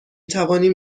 توانیم